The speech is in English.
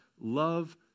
love